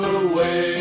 away